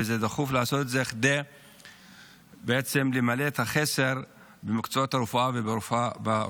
דחוף לעשות את זה כדי בעצם למלא את החוסר במקצועות הרפואה וברופאים.